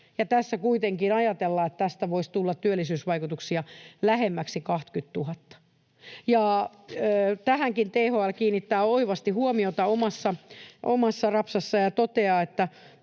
tässä kuitenkin ajatellaan, että tästä voisi tulla työllisyysvaikutuksia lähemmäksi 20 000. Tähänkin THL kiinnittää oivasti huomiota omassa rapsassaan ja toteaa: